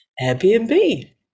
Airbnb